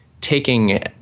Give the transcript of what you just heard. taking